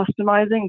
customizing